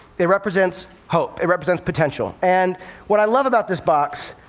it represents hope. it represents potential. and what i love about this box,